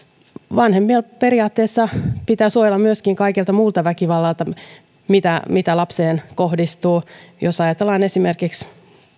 vanhempien periaatteessa pitää suojella myöskin kaikelta muulta väkivallalta mitä mitä lapseen kohdistuu jos ajatellaan esimerkiksi